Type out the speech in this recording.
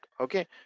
Okay